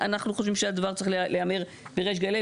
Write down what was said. אנחנו חושבים שהדבר צריך להיאמר בריש גלי,